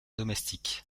domestique